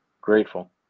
Grateful